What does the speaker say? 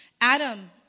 Adam